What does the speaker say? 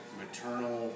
maternal